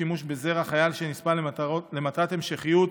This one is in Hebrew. שימוש בזרע חייל שנספה למטרת המשכיות),